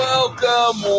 Welcome